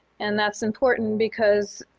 and that's important because,